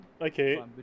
okay